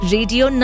Radio